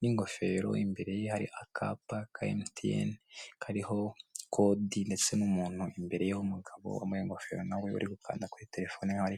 n'ingofero, imbere ye hari akapa ka MTN, kariho kodi ndetse n'umuntu imbere ye w'umugabo wambaye ingofero na we uri gukanda kuri terefone hari...